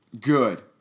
Good